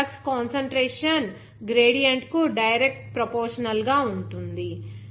ఇప్పుడు ఆ ఫ్లక్స్ ఆ కాన్సంట్రేషన్ గ్రేడియంట్ కు డైరెక్ట్ ప్రోపోర్షనల్ గా ఉంటుంది